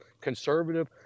conservative